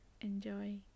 enjoy